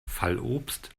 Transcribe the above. fallobst